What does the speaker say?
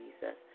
Jesus